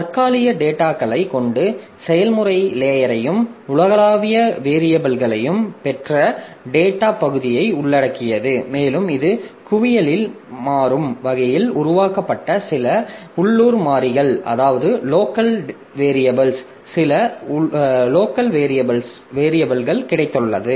தற்காலிக டேட்டாகளைக் கொண்ட செயல்முறை லேயரையும் உலகளாவிய வேரியபில்களைப் பெற்ற டேட்டாப் பகுதியையும் உள்ளடக்கியது மேலும் இது குவியலில் மாறும் வகையில் உருவாக்கப்பட்ட சில உள்ளூர் மாறிகளில் சில உள்ளூர் மாறிகள் கிடைத்துள்ளது